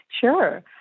Sure